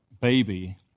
baby